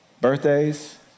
Birthdays